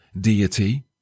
deity